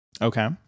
Okay